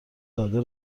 داده